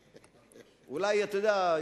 אולי, אתה יודע,